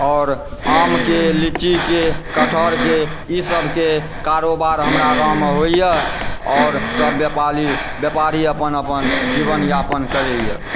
आओर आमके लीचीके कठहरके ई सभके कारोबार हमरा गाँवमे होइए आओर सभ व्यापारी व्यापारी अपन अपन जीवनयापन करयए